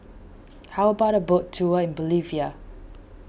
how about a boat tour in Bolivia